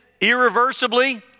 irreversibly